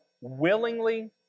willingly